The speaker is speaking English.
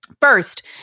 First